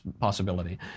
possibility